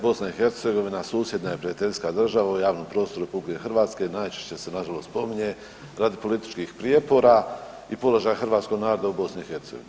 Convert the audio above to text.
BiH susjedna je prijateljska država u javnom prostoru RH najčešće se nažalost spominje radi političkih prijepora i položaja hrvatskog naroda u BiH.